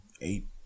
eight